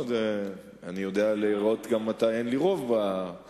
לא, אני יודע לראות מתי אין לי רוב במליאה,